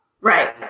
Right